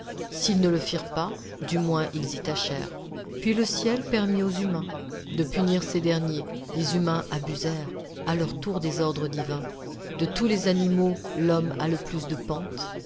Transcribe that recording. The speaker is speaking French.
s'ils ne le firent pas du moins ils y tâchèrent puis le ciel permit aux humains de punir ces derniers les humains abusèrent à leur tour des ordres divins de tous les animaux l'homme a le plus de pente